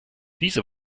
diese